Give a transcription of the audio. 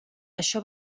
això